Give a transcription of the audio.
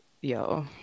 Yo